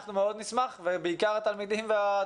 אנחנו נשמח לשמוע